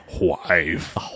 wife